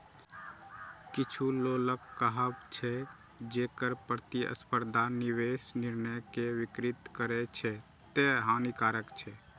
किछु लोकक कहब छै, जे कर प्रतिस्पर्धा निवेश निर्णय कें विकृत करै छै, तें हानिकारक छै